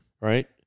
right